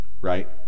right